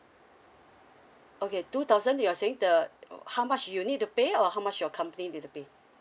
okay two thousand you are saying the uh how much you need to pay or how much your company need to pay